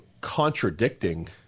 contradicting